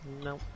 No